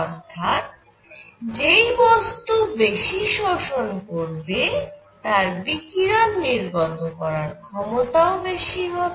অর্থাৎ যেই বস্তু বেশি শোষণ করবে তার বিকিরণ নির্গত করা ক্ষমতাও বেশি হবে